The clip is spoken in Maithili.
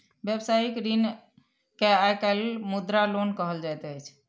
व्यवसायिक ऋण के आइ काल्हि मुद्रा लोन कहल जाइत अछि